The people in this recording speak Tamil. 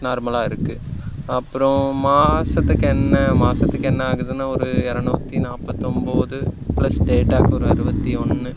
நார்மலாக இருக்கும் அப்புறம் மாதத்துக்கு என்ன மாதத்துக்கு என்ன ஆகுதுன்னா ஒரு இருநூற்றி நாற்பத்தொன்பது ப்ளஸ் டேட்டாக்கு ஒரு அறுபத்தி ஒன்று